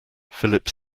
philip